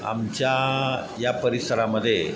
आमच्या या परिसरामध्ये